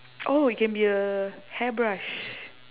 oh it can be a hairbrush